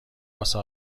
واسه